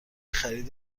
خرید